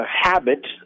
habit